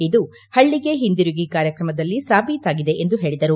ಇದು ಪಳ್ಳಿಗೆ ಹಿಂದಿರುಗಿ ಕಾರ್ಯಕ್ರಮದಲ್ಲಿ ಸಾಬೀತಾಗಿದೆ ಎಂದು ಹೇಳಿದರು